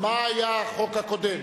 מה היה החוק הקודם?